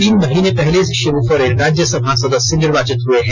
तीन महीने पहले शिब् सोरेन राज्यसभा सदस्य निर्वाचित हुए हैं